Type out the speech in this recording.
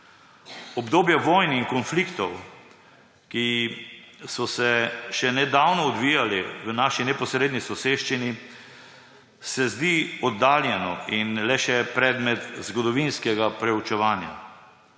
Obdobje vojnih konfliktov, ki so se še nedavno odvijali v naši neposredni soseščini, se zdi oddaljeno in le še predmet zgodovinskega proučevanja.